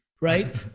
right